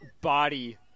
...body